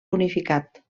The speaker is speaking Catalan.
unificat